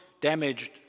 damaged